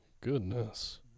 Goodness